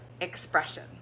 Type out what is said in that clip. expression